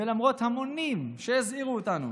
ולמרות שהמונים הזהירו אותנו,